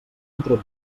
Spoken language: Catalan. entre